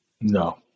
No